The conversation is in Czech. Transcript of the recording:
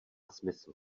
smysl